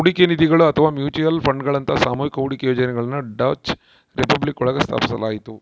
ಹೂಡಿಕೆ ನಿಧಿಗಳು ಅಥವಾ ಮ್ಯೂಚುಯಲ್ ಫಂಡ್ಗಳಂತಹ ಸಾಮೂಹಿಕ ಹೂಡಿಕೆ ಯೋಜನೆಗಳನ್ನ ಡಚ್ ರಿಪಬ್ಲಿಕ್ ಒಳಗ ಸ್ಥಾಪಿಸಲಾಯ್ತು